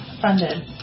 Funded